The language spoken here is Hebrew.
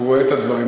הוא רואה את הדברים,